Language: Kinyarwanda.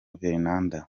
veneranda